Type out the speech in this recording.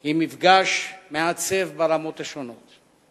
היא מפגש מעצב ברמות השונות.